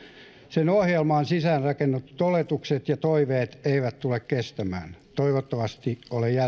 sen ohjelmaan sisäänrakennetut oletukset ja toiveet eivät tule kestämään toivottavasti olen jälleen väärässä